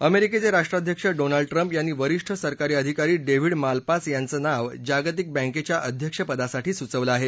अमेरिकेचे राष्ट्राध्यक्ष Donald Trump यांनी वरिष्ठ सरकारी अधिकारी डेव्हिड मालपास यांचं नाव जागतिक बँकेच्या अध्यक्षपदासाठी सुचवलं आहे